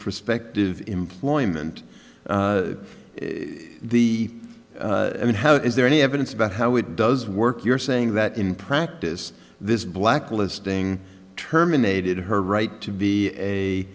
prospective employment the i mean how is there any evidence about how it does work you're saying that in practice this blacklisting terminated her right to be a